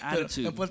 attitude